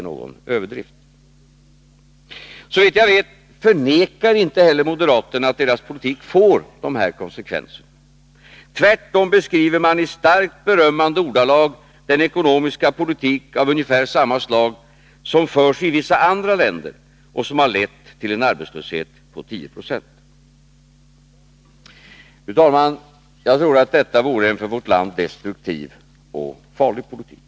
Såvitt jag vet förnekar inte moderaterna att deras politik får dessa konsekvenser. Tvärtom beskriver de i starkt berömmande ordalag den ekonomiska politik av ungefär samma slag som förs i vissa andra länder och som har lett till en arbetslöshet på 10 90. Fru talman! Jag tror att detta vore en för vårt land destruktiv och farlig politik.